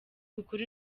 ukuri